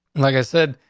like i said,